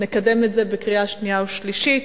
נקדם את זה לקריאה שנייה ושלישית.